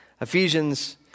Ephesians